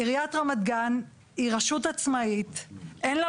עיריית רמת גן היא רשות עצמאית, אין לה